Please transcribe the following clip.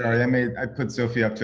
i made i put sofia.